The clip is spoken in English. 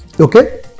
okay